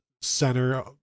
center